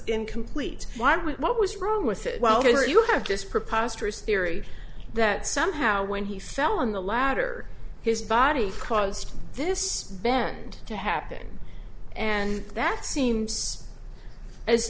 incomplete what was wrong with it well that you have just preposterous theory that somehow when he fell on the ladder his body caused this bend to happen and that seems as